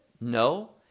No